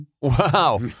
Wow